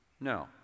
No